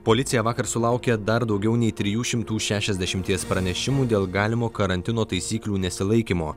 policija vakar sulaukė dar daugiau nei trijų šimtų šešiasdešimties pranešimų dėl galimo karantino taisyklių nesilaikymo